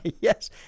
Yes